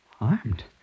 Armed